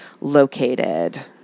located